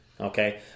okay